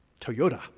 Toyota